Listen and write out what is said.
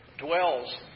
dwells